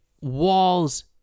walls